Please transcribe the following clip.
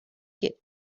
get